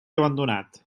abandonat